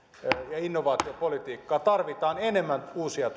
ja innovaatiopolitiikkaa tarvitaan enemmän uusia